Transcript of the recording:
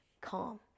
calm